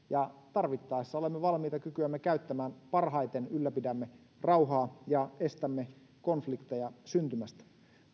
ja tarvittaessa olemme valmiita kykyämme käyttämään parhaiten ylläpidämme rauhaa ja estämme konflikteja syntymästä